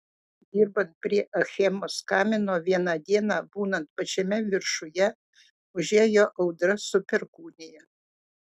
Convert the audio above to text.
dirbant prie achemos kamino vieną dieną būnant pačiame viršuje užėjo audra su perkūnija